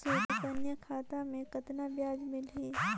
सुकन्या खाता मे कतना ब्याज मिलही?